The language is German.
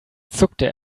zuckte